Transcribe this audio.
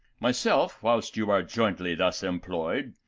my self, whilst you are jointly thus employed,